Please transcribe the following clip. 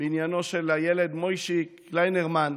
בעניינו של הילד מוישי קליינרמן,